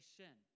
sin